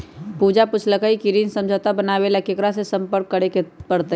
पूजा पूछल कई की ऋण समझौता बनावे ला केकरा से संपर्क करे पर तय?